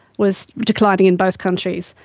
was declining in both countries.